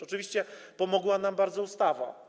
Oczywiście pomogła nam bardzo ustawa.